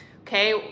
Okay